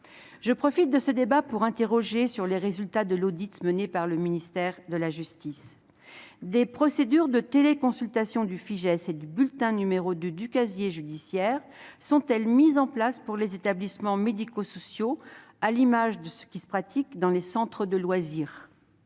secrétaire d'État, sur les résultats de l'audit effectué par le ministère de la justice : des procédures de téléconsultation du Fijais et du bulletin n° 2 du casier judiciaire sont-elles mises en place pour les établissements médico-sociaux, à l'instar de ce qui se pratique dans les centres de loisirs ?